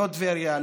לא טבריה,